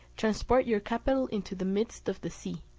transport your capital into the midst of the sea,